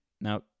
now